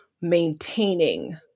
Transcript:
maintaining